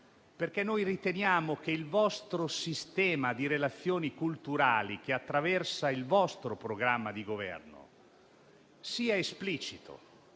perché noi riteniamo che il sistema di relazioni culturali che attraversa il vostro programma di Governo sia esplicito;